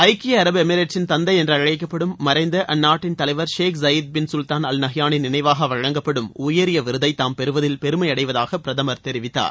ஐக்கிய அரபு எமிரேட்ஸ்சின் தந்தை என்று அழைக்கப்படும் மறைந்த அந்நாட்டின் தலைவர் ஷேக் சையிது பின் கல்தான் அல் நஹ்யானின் நினைவாக வழங்கப்படும் உயரிய விருதை தாம் பெருவதில் பெருமையடைவதாக பிரதமர் தெரிவித்தார்